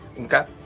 Okay